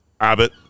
Abbott